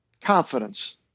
confidence